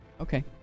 Okay